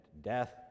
Death